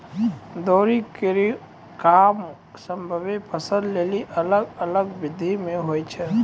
दौरी केरो काम सभ्भे फसल लेलि अलग अलग बिधि सें होय छै?